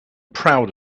proud